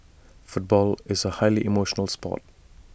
football is A highly emotional Sport